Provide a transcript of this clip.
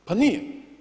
Pa nije.